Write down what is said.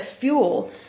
fuel